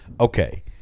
Okay